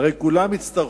הרי כולם יצטרכו,